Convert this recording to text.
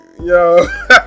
Yo